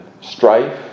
strife